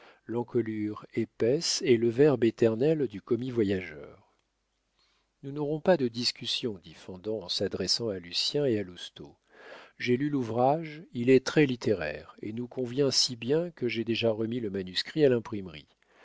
l'encolure épaisse et le verbe éternel du commis-voyageur nous n'aurons pas de discussions dit fendant en s'adressant à lucien et à lousteau j'ai lu l'ouvrage il est très littéraire et nous convient si bien que j'ai déjà remis le manuscrit à l'imprimerie